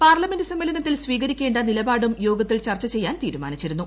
parliament സമ്മേളനത്തിൽ സ്വീകരിക്കേണ്ട നിലപാടും യോഗത്തിൽ ചർച്ച ചെയ്യാൻ തീരുമാനിച്ചിരുന്നു